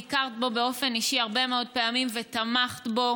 ביקרת בו באופן אישי הרבה מאוד פעמים ותמכת בו,